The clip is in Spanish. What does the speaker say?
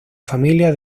familia